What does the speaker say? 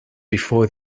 before